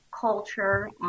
culture